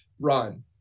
run